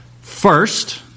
first